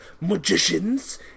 magicians